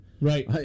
Right